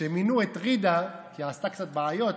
כשמינו את ג'ידא כי היא עשתה קצת בעיות,